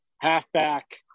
halfback